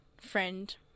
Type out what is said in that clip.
friend